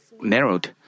narrowed